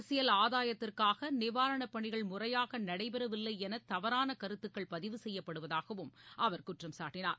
அரசியல் ஆதாயத்திற்காக நிவாரணப் பணிகள் முறையாக நடைபெறவில்லை என தவறான கருத்துக்கள் பதிவு செய்யப்படுவதாகவும் அவர் குற்றம் சாட்டினார்